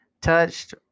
touched